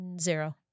Zero